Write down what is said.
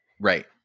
Right